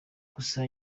gusa